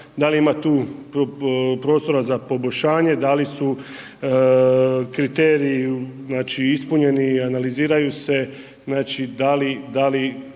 da li ima tu prostora za poboljšanje, da li su kriteriji, znači ispunjeni i analiziraju se, znači